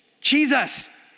Jesus